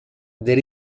del